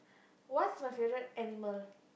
what's my favourite animal